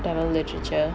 tamil literature